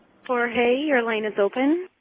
jorge, your line is open.